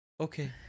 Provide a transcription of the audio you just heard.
Okay